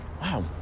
Wow